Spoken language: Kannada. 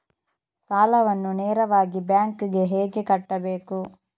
ಸಾಲವನ್ನು ನೇರವಾಗಿ ಬ್ಯಾಂಕ್ ಗೆ ಹೇಗೆ ಕಟ್ಟಬೇಕು?